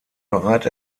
bereit